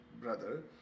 brother